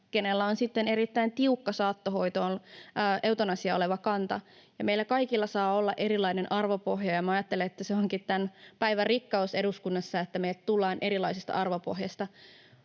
kenellä on erittäin tiukka saattohoitoon, eutanasiaan oleva kanta, että meillä kaikilla saa olla erilainen arvopohja. Minä ajattelen, että se onkin tämän päivän rikkaus eduskunnassa, että me tullaan erilaisesta arvopohjasta.